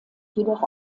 jedoch